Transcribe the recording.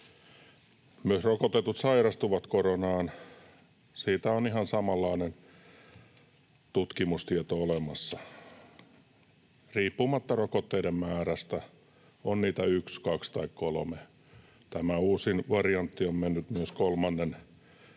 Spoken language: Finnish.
Myös rokotetut sairastuvat koronaan — siitä on ihan samanlainen tutkimustieto olemassa — riippumatta rokotteiden määrästä, on niitä yksi, kaksi tai kolme. Tämä uusin variantti on mennyt myös kolmannen